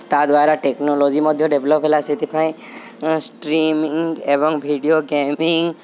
ତା'ଦ୍ଵାରା ଟେକ୍ନୋଲୋଜି ମଧ୍ୟ ଡେଭ୍ଲପ୍ ହେଲା ସେଥିପାଇଁ ଷ୍ଟ୍ରିମିଂ ଏବଂ ଭିଡ଼ିଓ ଗେମିଂ